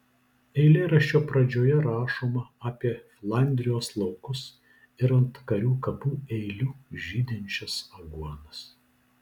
eilėraščio pradžioje rašoma apie flandrijos laukus ir ant karių kapų eilių žydinčias aguonas